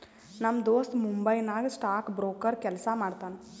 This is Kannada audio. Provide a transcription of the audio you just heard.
ನಮ್ ದೋಸ್ತ ಮುಂಬೈ ನಾಗ್ ಸ್ಟಾಕ್ ಬ್ರೋಕರ್ ಕೆಲ್ಸಾ ಮಾಡ್ತಾನ